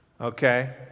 okay